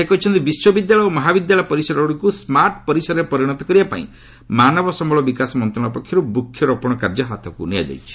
ସେ କହିଛନ୍ତି ବିଶ୍ୱବିଦ୍ୟାଳୟ ଓ ମହାବିଦ୍ୟାଳୟ ପରିସରଗୁଡ଼ିକୁ ସ୍କାର୍ଟ ପରିସରରେ ପରିଣତ କରିବାପାଇଁ ମାନବ ସମ୍ଭଳ ବିକାଶ ମନ୍ତ୍ରଣାଳୟ ପକ୍ଷରୁ ବୃକ୍ଷରୋପଣ କାର୍ଯ୍ୟ ହାତକୁ ନିଆଯାଇଛି